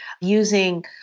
using